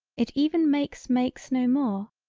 it even makes makes no more.